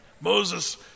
Moses